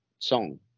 song